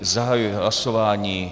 Zahajuji hlasování.